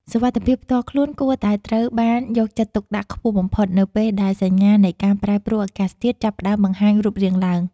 សុវត្ថិភាពផ្ទាល់ខ្លួនគួរតែត្រូវបានយកចិត្តទុកដាក់ខ្ពស់បំផុតនៅពេលដែលសញ្ញានៃការប្រែប្រួលអាកាសធាតុចាប់ផ្តើមបង្ហាញរូបរាងឡើង។